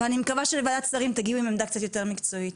אני מקווה שלוועדת השרים תגיעו עם עמדה קצת יותר מקצועית.